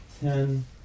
Ten